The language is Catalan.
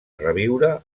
reviure